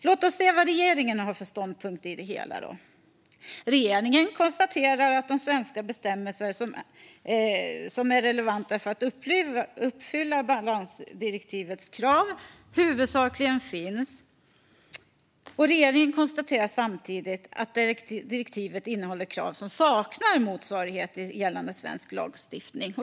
Låt oss se vad regeringen har för ståndpunkt i det hela: Regeringen konstaterar att de svenska bestämmelser som är relevanta för att uppfylla balansdirektivets krav huvudsakligen redan finns och konstaterar samtidigt att direktivet innehåller krav som saknar motsvarighet i gällande svensk lagstiftning.